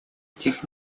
этих